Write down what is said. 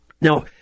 Now